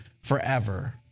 forever